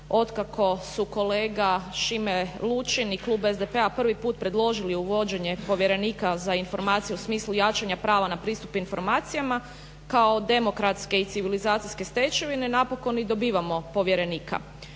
otkako su kolega Šime Lučin i klub SDP-a prvi put predložili uvođenje povjerenika za informacije u smislu jačanja prava na pristup informacijama kao demokratske i civilizacijske stečevine, napokon i dobivamo povjerenika.